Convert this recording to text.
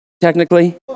technically